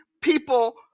people